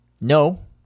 No